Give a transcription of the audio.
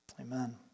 amen